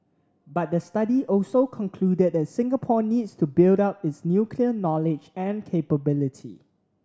but the study also concluded that Singapore needs to build up its nuclear knowledge and capability